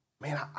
Man